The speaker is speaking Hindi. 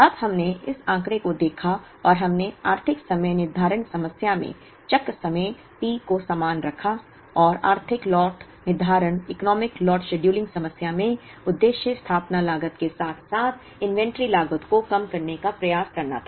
अब हमने इस आंकड़े को देखा और हमने आर्थिक समय निर्धारण समस्या में चक्र समय T को समान रखा और आर्थिक लॉट निर्धारण इकोनामिक लॉट शेड्यूलिंग समस्या में उद्देश्य स्थापना लागत के साथ साथ इन्वेंट्री लागत को कम करने का प्रयास करना था